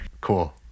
Cool